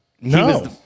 No